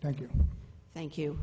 thank you thank you